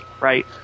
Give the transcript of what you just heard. right